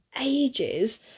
ages